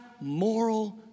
moral